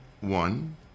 one